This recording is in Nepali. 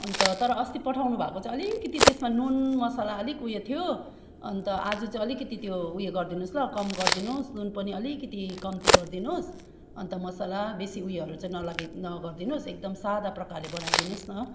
अन्त तर अस्ति पठाउनुभएको चाहिँ अलिकति त्यसमा नुन मसला अलिक उयो थियो अन्त आज चाहिँ अलिकिति त्यो उयो गरिदिनुहोस् ल कम गरिदिनुहोस् नुन पनि अलिकिति कम्ति गरिदिनुहोस् अन्त मसला बेसी उयोहरू चाहिँ नलगाइ नगरिदिनुहोस्एकदम सादा प्रकारले बनाइदिनुहोस् न